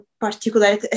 particular